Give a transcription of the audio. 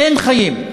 אין חיים.